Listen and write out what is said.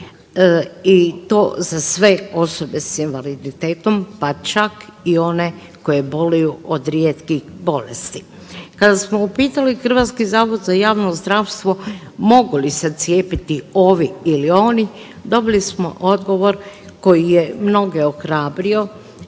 i to za sve osobe s invaliditetom, pa čak i one koje boluju od rijetkih bolesti. Kada smo upitali HZJZ mogu li se cijepiti ovi ili oni, dobili smo odgovor koji je mnoge ohrabrio